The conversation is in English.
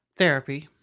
therapy,